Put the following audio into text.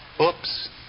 Oops